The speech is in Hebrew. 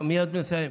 אני מייד מסיים.